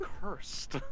cursed